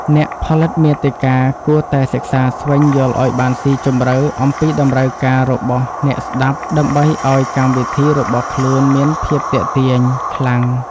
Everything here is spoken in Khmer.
អ្នកផលិតមាតិកាគួរតែសិក្សាស្វែងយល់ឱ្យបានស៊ីជម្រៅអំពីតម្រូវការរបស់អ្នកស្តាប់ដើម្បីឱ្យកម្មវិធីរបស់ខ្លួនមានភាពទាក់ទាញខ្លាំង។